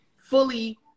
fully